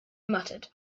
muttered